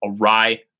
awry